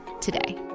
today